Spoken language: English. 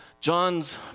John's